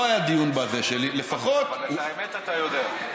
לא היה דיון בהצעה שלי, לפחות, את האמת אתה יודע.